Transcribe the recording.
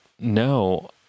no